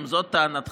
האם זאת טענתך?